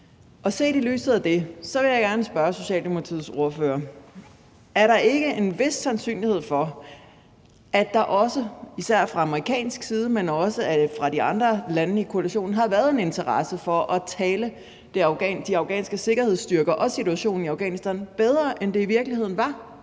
Set i lyset af det vil jeg gerne spørge Socialdemokratiets ordfører: Er der ikke en vis sandsynlighed for, at der også, især fra amerikansk side, men også fra de andre lande i koalitionen, har været en interesse for at tale de afghanske sikkerhedsstyrker og situationen i Afghanistan bedre, end det i virkeligheden var,